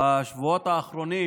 בשבועות האחרונים